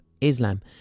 Islam